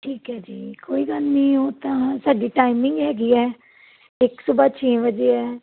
ਠੀਕ ਹੈ ਜੀ ਕੋਈ ਗੱਲ ਨਹੀਂ ਉਹ ਤਾਂ ਸਾਡੀ ਟਾਈਮਿੰਗ ਹੈਗੀ ਹੈ ਇੱਕ ਸੁਬਾਹ ਛੇ ਵਜੇ ਹੈ